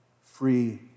free